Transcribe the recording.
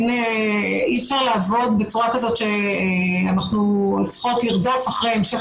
אי אפשר לעבוד בצורה כזאת שאנחנו צריכות לרדוף אחרי המשך